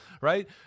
Right